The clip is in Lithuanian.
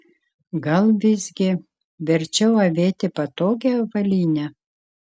gal visgi verčiau avėti patogią avalynę